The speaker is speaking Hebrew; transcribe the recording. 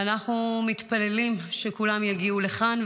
אנחנו מתפללים שכולם יגיעו לכאן.